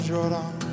Jordan